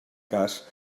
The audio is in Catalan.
cas